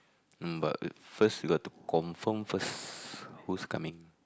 mm but first we got to confirm first who's coming